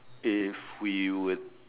if we would